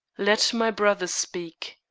let my brother speak,